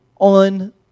on